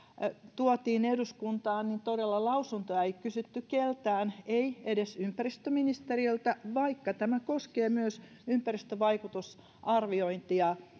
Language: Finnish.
tuotiin eduskuntaan niin todella lausuntoa ei kysytty keltään ei edes ympäristöministeriöltä vaikka tämä koskee myös ympäristövaikutusarviointia